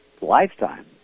lifetime